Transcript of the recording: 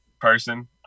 person